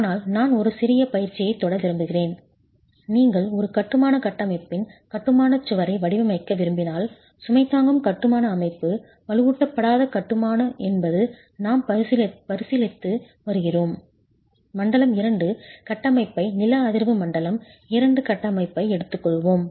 ஆனால் நான் ஒரு சிறிய பயிற்சியைத் தொட விரும்பினேன் நீங்கள் ஒரு கட்டுமான கட்டமைப்பின் கட்டுமான சுவரை வடிவமைக்க விரும்பினால் சுமை தாங்கும் கட்டுமான அமைப்பு வலுவூட்டப்படாத கட்டுமான என்பது நாம் பரிசீலித்து வருகிறோம் மண்டலம் 2 கட்டமைப்பை நில அதிர்வு மண்டலம் 2 கட்டமைப்பை எடுத்துக்கொள்வோம்